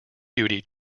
duty